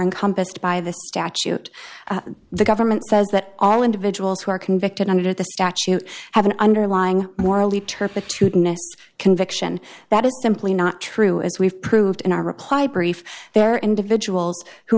encompassed by the statute the government says that all individuals who are convicted under the statute have an underlying morally turpitude next conviction that is simply not true as we've proved in our reply brief there are individuals who